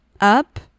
up